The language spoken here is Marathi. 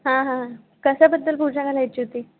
हां हां हां कशाबद्दल पूजा घालायची होती